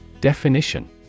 Definition